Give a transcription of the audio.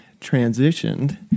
transitioned